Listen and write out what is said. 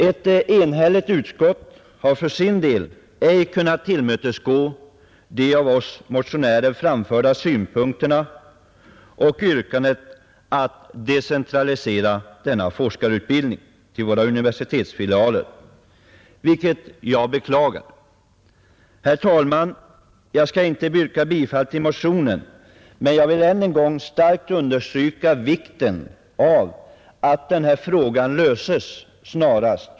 Ett enhälligt utskott har för sin del ej kunnat tillmötesgå de av oss motionärer framförda synpunkterna och yrkandet att denna forskarutbildning skall decentraliseras till universitetsfilialerna, vilket jag beklagar. Herr talman! Jag skall inte yrka bifall till motionen, men jag vill än en gång starkt understryka vikten av att den här frågan löses.